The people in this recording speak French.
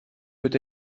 peut